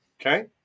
Okay